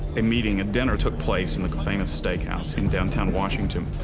a meeting, a dinner, took place in a famous steakhouse in downtown washington.